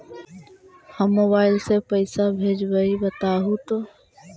हम मोबाईल से पईसा भेजबई बताहु तो?